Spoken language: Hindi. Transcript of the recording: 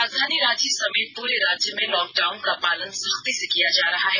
राजधानी रांची समेत पूरे राज्य में लॉकडाउन का पालन सख्ती से किया जा रहा है